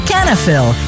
Canafil